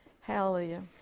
Hallelujah